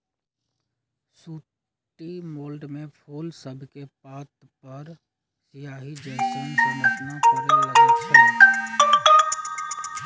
sooty mould में फूल सभके पात सभपर सियाहि जइसन्न संरचना परै लगैए छइ